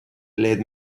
let